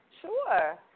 Sure